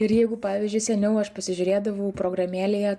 ir jeigu pavyzdžiui seniau aš pasižiūrėdavau programėlėje